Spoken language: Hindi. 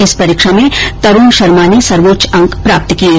इस परीक्षा में तरूण शर्मा ने सर्वोच्च अंक प्राप्त किये